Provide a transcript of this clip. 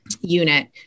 unit